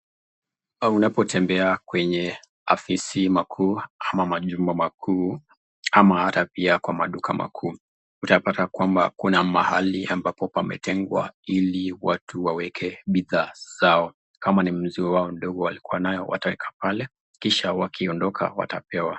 Unapotembea kwenye ofisi makuu ama majumba makuu ama hata kwa maduka makuu, utapata kwamba kuna mahali ambapo kumetengwa ili watu waweke bidhaa zao, kama ni mzigo ndogo walikuwa nayo wataweka pale, kisha wakiondoka watapewa.